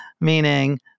meaning